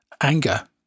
anger